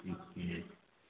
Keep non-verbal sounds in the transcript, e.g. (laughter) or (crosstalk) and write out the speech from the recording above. ठीक छियै (unintelligible)